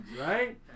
right